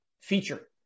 feature